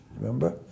remember